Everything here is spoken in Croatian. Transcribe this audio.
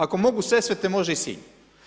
Ako mogu Sesvete, može i Sinj.